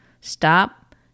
stop